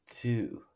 Two